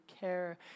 care